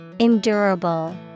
Endurable